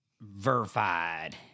Verified